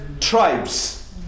tribes